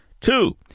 Two